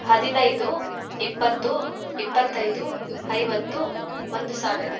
ಹದಿನೈದು ಇಪ್ಪತ್ತು ಇಪ್ಪತ್ತೈದು ಐವತ್ತು ಒಂದು ಸಾವಿರ